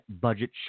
budget